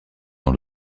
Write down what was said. dans